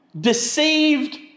deceived